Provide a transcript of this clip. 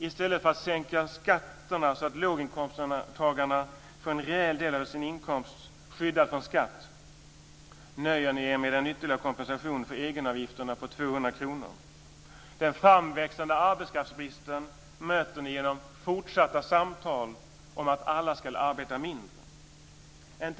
I stället för att sänka skatterna så att låginkomsttagarna får en rejäl del av sin inkomst skyddad från skatt nöjer ni er med en ytterligare kompensation för egenavgifterna på 200 kr. Den framväxande arbetskraftsbristen möter ni genom fortsatta samtal om att alla ska arbeta mindre.